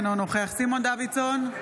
אינו נוכח סימון דוידסון,